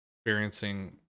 experiencing